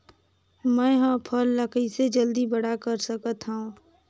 मैं ह फल ला कइसे जल्दी बड़ा कर सकत हव?